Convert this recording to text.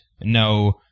no